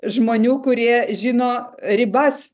žmonių kurie žino ribas